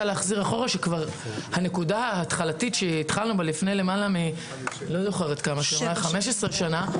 הנקודה ההתחלתית בה התחלנו לפני מעל 15 שנים,